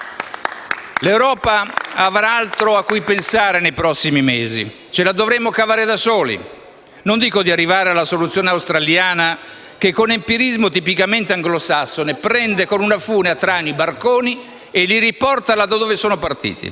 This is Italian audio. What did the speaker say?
L'Europa avrà altro a cui pensare nei prossimi mesi. Ce la dovremo cavare da soli. Non dico di arrivare alla soluzione australiana, che con empirismo tipicamente anglosassone prende a traino con una fune i barconi e li riporta da dove sono partiti,